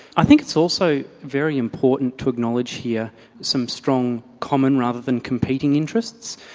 i think it's also very important to acknowledge here some strong common, rather than competing interests.